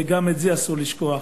וגם את זה אסור לשכוח.